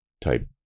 type